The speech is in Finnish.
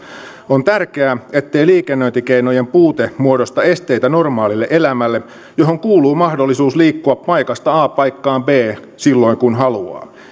on tärkeää ettei liikennöintikeinojen puute muodosta esteitä normaalille elämälle johon kuuluu mahdollisuus liikkua paikasta a paikkaan b silloin kun haluaa